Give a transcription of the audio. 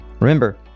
Remember